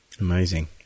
Amazing